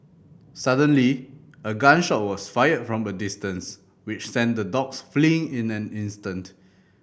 suddenly a gun shot was fired from a distance which sent the dogs fleeing in an instant